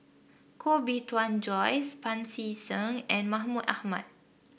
Koh Bee Tuan Joyce Pancy Seng and Mahmud Ahmad